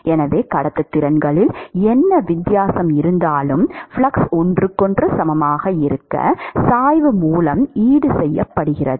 எனவே கடத்துத்திறன்களில் என்ன வித்தியாசம் இருந்தாலும் ஃப்ளக்ஸ் ஒன்றுக்கொன்று சமமாக இருக்க சாய்வு மூலம் ஈடுசெய்யப்படும்